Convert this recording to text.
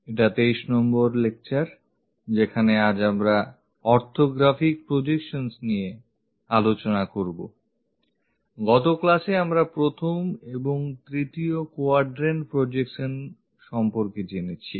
এটা 23 নম্বর লেকচার যেখানে আজ আমরা অর্থগ্রফিক প্রজেকশন নিয়ে আলোচনা করবI গত ক্লাসে আমরা প্রথম ও তৃতীয় কোয়াড্রেন্ট প্রজেকশনস সম্পর্কে জেনেছি